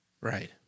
Right